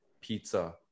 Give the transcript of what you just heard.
pizza